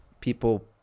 people